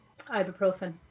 Ibuprofen